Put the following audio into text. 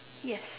yes